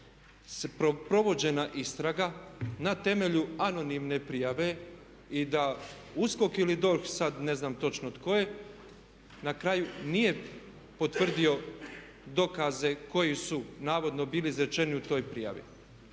da je sprovođena istraga na temelju anonimne prijave i da USKOK ili DORH, sad ne znam točno tko je, na kraju nije potvrdio dokaze koji su navodno bili izrečeni u toj prijavi.